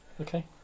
Okay